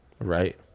right